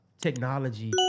technology